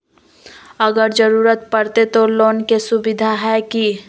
अगर जरूरत परते तो लोन के सुविधा है की?